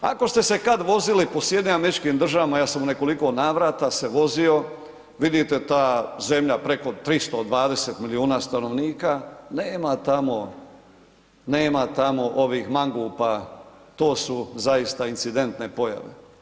Ako ste se kad vozili po SAD-u, ja sam u nekoliko navrata se vozio, vidite ta zemlja preko 320 milijuna stanovnika, nema tamo, nema tamo ovih mangupa, to su zaista incidentne pojave.